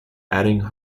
adding